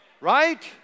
Right